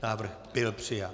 Návrh byl přijat.